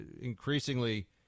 increasingly